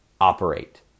operate